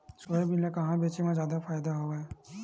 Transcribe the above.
Soybean ल कहां बेचे म जादा फ़ायदा हवय?